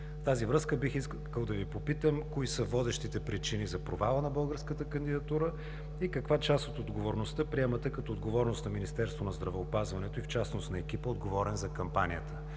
В тази връзка бих искал да Ви попитам: кои са водещите причини за провала на българската кандидатура и каква част от отговорността приемате като отговорност на Министерството на здравеопазването и в частност на екипа, отговорен за кампанията?